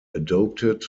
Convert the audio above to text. adopted